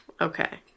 Okay